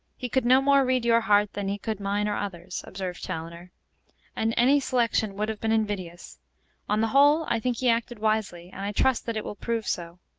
he could no more read your heart, than he could mine or others, observed chaloner and any selection would have been invidious on the whole, i think he acted wisely, and i trust that it will prove so.